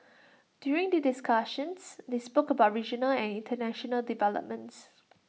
during the discussions they spoke about regional and International developments